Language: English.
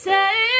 Say